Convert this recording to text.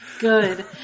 Good